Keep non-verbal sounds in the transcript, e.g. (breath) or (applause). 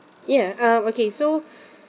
ya um okay so (breath)